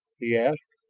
he asked.